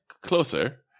closer